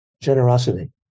generosity